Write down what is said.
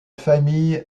famille